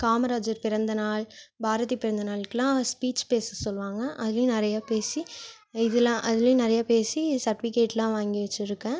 காமராஜர் பிறந்தநாள் பாரதி பிறந்தநாள்கெல்லாம் ஸ்பீச் பேச சொல்லுவாங்க அதிலையும் நிறைய பேசி இதெலாம் அதிலையும் நிறைய பேசி சர்டிஃபிகேட்லாம் வாங்கி வைச்சுருக்கேன்